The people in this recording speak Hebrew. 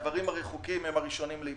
האיברים הרחוקים הם הראשונים להיפגע.